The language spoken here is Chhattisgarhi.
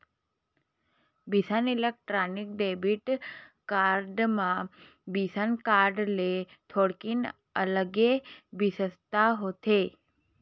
बिसा इलेक्ट्रॉन डेबिट कारड म बिसा कारड ले थोकिन अलगे बिसेसता होथे